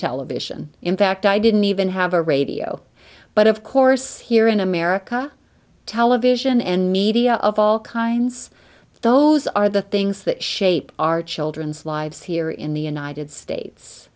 television in fact i didn't even have a radio but of course here in america television and media of all kinds those are the things that shape our children's lives here in the united states